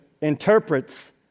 interprets